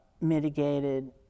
mitigated